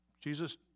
Jesus